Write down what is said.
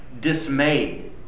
dismayed